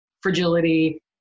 fragility